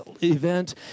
event